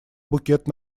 букет